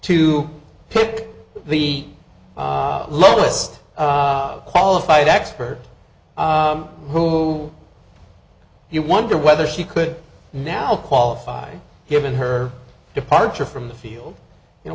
to pick the lowest qualified expert who he wonder whether she could now qualify given her departure from the field you know